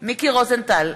מיקי רוזנטל,